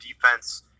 defense